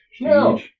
No